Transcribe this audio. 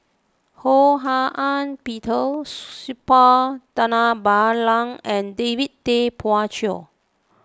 Ho Hak Ean Peter Suppiah Dhanabalan and David Tay Poey Cher